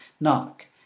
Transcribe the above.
Knock